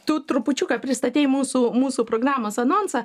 tu trupučiuką pristatei mūsų mūsų programos anonsą